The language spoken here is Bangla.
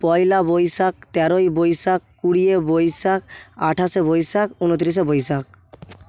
পয়লা বৈশাখ তেরোই বৈশাখ বিশে বৈশাখ আঠাশে বৈশাখ ঊনত্রিশে বৈশাখ